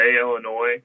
Illinois